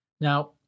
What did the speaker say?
Now